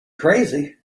crazy